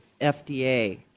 fda